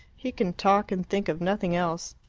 he could talk and think of nothing else.